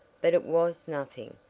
but it was nothing,